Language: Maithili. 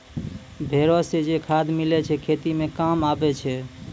भेड़ो से जे खाद मिलै छै खेती मे काम आबै छै